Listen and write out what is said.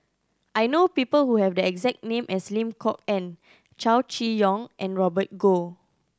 I know people who have the exact name as Lim Kok Ann Chow Chee Yong and Robert Goh